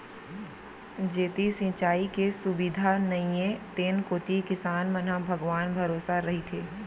जेती सिंचाई के सुबिधा नइये तेन कोती किसान मन ह भगवान भरोसा रइथें